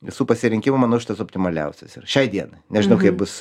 visų pasirinkimų manau šitas optimaliausias yra šiai dienai nežinau kaip bus